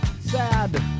Sad